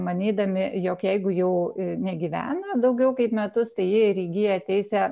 manydami jog jeigu jau negyvena daugiau kaip metus tai jie ir įgyja teisę